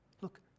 Look